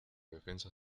defensa